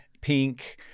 pink